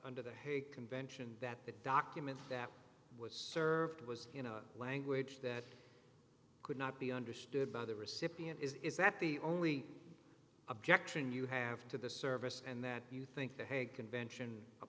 under the hague convention that the document that was served was in a language that could not be understood by the recipient is that the only objection you have to the service and that you think the hague convention a